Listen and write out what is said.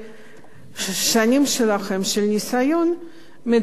שנים של ניסיון מדברים כאן.